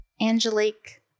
Angelique